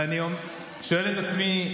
אני שואל את עצמי,